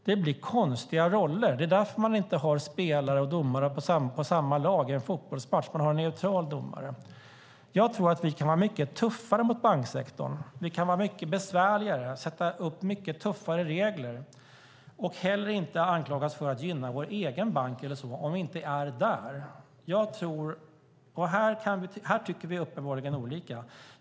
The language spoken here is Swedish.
Det blir konstiga roller annars. Det är därför man inte har spelare och domare på samma lag i en fotbollsmatch. Man har en neutral domare. Jag tror att vi kan vara mycket tuffare mot banksektorn, vi kan vara mycket besvärligare, sätta upp mycket tuffare regler och heller inte anklagas för att gynna vår egen bank om vi inte är där. Här tycker vi uppenbarligen olika.